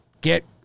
Get